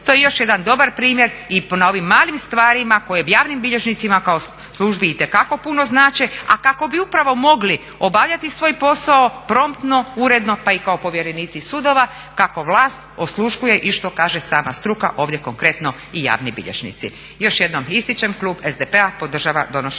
To je još jedan dobar primjer i na ovim malim stvarima koji javnim bilježnicima kao i službi itekako puno znače a kako bi upravo mogli obavljati svoj posao promptno, uredno pa i kao povjerenici sudova kako vlast osluškuje i što kaže sama struka, ovdje konkretno i javni bilježnici. Još jednom ističem, klub SDP-a podržava donošenje